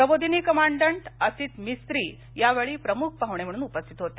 प्रबोधीनि commandant Asit Mistry या वेळी प्रमुख पाहणे म्हणून उपस्थित होते